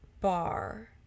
bar